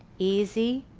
easy,